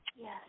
Yes